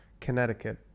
connecticut